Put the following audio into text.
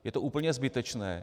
Je to úplně zbytečné.